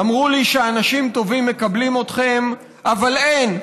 אמרו לי: אנשים טובים מקבלים אתכם, אבל אין.